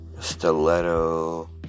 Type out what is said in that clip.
stiletto